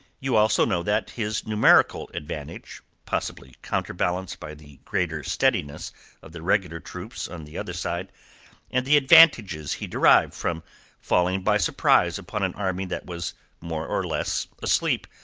you also know that his numerical advantage possibly counter-balanced by the greater steadiness of the regular troops on the other side and the advantages he derived from falling by surprise upon an army that was more or less asleep,